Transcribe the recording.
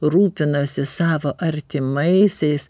rūpinasi savo artimaisiais